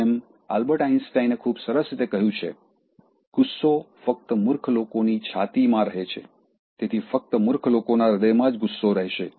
જેમ આલ્બર્ટ આઈન્સ્ટાઈને ખૂબ સરસ રીતે કહ્યું છે ગુસ્સો ફક્ત મૂર્ખ લોકોની છાતીમાં રહે છે તેથી ફક્ત મૂર્ખ લોકોના હૃદયમાં જ ગુસ્સો રહેશે